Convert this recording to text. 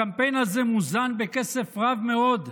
הקמפיין הזה מוזן בכסף רב מאוד,